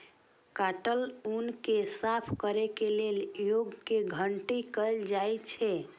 काटल ऊन कें साफ कैर के ओय मे कंघी कैल जाइ छै